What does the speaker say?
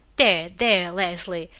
there, there, leslie,